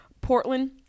Portland